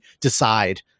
decide